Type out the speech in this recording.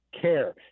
care